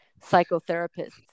psychotherapists